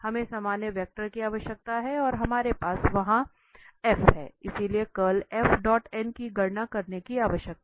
हमें सामान्य वेक्टर की आवश्यकता है और हमारे पास वहां है इसलिए कर्ल की गणना करने की आवश्यकता है